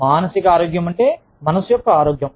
మానసిక ఆరోగ్యం అంటే మనస్సు యొక్క ఆరోగ్యం